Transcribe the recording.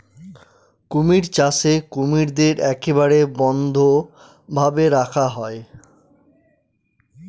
কুমির চাষে কুমিরদের একেবারে বদ্ধ ভাবে রাখা হয়